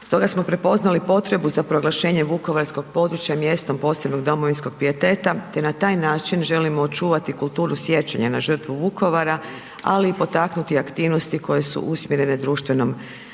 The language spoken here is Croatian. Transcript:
Stoga smo prepoznali potrebu za proglašenje vukovarskog područja mjestom posebnog domovinskog pijeteta te na taj način želimo očuvati kulturu sjećanja na žrtvu Vukovara, ali i potaknuti aktivnosti koje su usmjerene društvenom razvoju